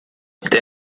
der